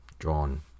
drawn